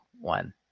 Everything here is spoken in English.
one